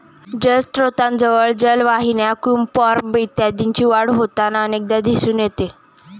जलस्त्रोतांजवळ जलवाहिन्या, क्युम्पॉर्ब इत्यादींची वाढ होताना अनेकदा दिसून येते